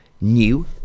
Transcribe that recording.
new